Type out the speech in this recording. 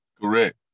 Correct